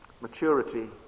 maturity